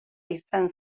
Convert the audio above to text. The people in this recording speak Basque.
izan